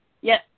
Yes